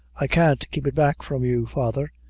i can't keep it back from you, father,